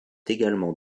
également